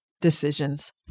decisions